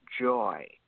joy